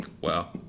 Wow